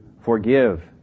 forgive